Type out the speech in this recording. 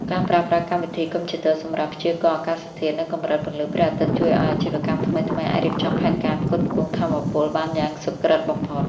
ការប្រើប្រាស់កម្មវិធីកុំព្យូទ័រសម្រាប់ "ព្យាករណ៍អាកាសធាតុ និងកម្រិតពន្លឺព្រះអាទិត្យ" ជួយឱ្យ អាជីវកម្មថ្មីៗ អាចរៀបចំផែនការផ្គត់ផ្គង់ថាមពលបានយ៉ាងសុក្រឹតបំផុត។